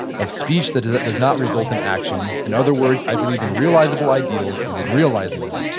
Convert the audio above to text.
of speech that does not result in action. in other words, i believe in realizable ideals and in realizing them,